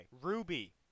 Ruby